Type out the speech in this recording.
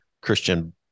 Christian